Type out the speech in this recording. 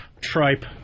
Tripe